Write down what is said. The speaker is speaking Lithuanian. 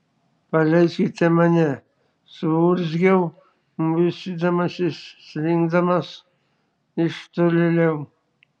paleiskite mane suurzgiau muistydamasis slinkdamas iš tolėliau